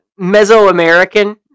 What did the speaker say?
Mesoamerican